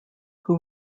who